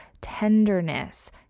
tenderness